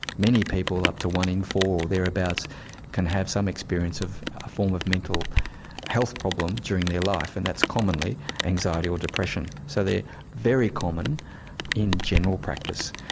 many people, up to one in four or thereabouts can have some experience of a form of mental health problem during their life, and that's commonly anxiety or depression. so they are very common in general practice.